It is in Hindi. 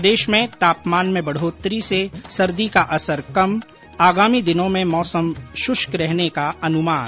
प्रदेश में तापमान में बढ़ोतरी से सर्दी का असर कम आगामी दिनों में मौसम शुष्क रहने का अनुमान